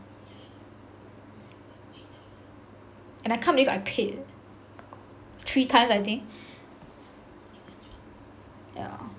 and I can't believe I paid eh three times eh yeah